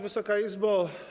Wysoka Izbo!